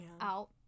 out